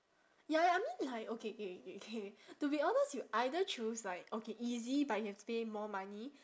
ya ya I mean like okay K K K to be honest you either choose like okay easy but you have to pay more money